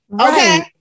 Okay